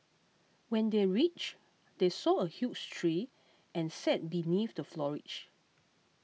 when they reached they saw a huge tree and sat beneath the foliage